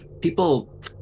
people